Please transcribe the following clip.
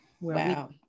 Wow